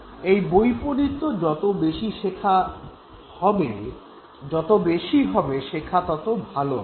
এই বৈপরীত্য যত বেশি হবে শেখা তত ভাল হবে